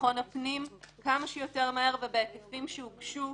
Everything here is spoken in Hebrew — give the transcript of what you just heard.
ביטחון הפנים, כמה שיותר מהר ובהיקפים שהוגשו